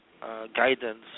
guidance